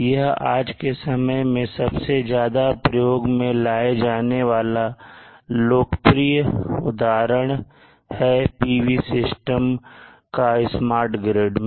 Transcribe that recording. यह आज के समय में सबसे ज्यादा प्रयोग में लाया जाने वाला लोकप्रिय उदाहरण है PV सिस्टम का स्मार्ट ग्रिड में